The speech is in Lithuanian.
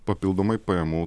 papildomai pajamų